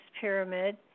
Pyramid